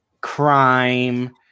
crime